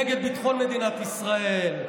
נגד ביטחון מדינת ישראל,